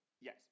Yes